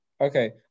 Okay